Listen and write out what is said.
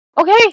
okay